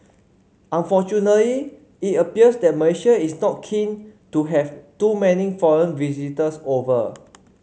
unfortunately it appears that Malaysia is not keen to have too many foreign visitors over